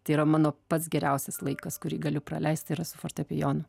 tai yra mano pats geriausias laikas kurį galiu praleisti yra su fortepijonu